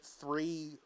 three